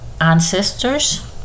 ancestors